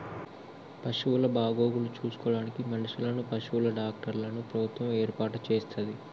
పశువుల బాగోగులు చూసుకోడానికి మనుషులను, పశువుల డాక్టర్లను ప్రభుత్వం ఏర్పాటు చేస్తది